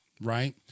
right